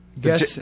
Guess